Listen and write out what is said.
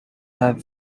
have